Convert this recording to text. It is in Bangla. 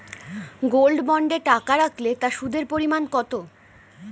গোল্ড বন্ডে টাকা রাখলে তা সুদের পরিমাণ কত?